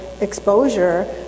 exposure